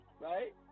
Right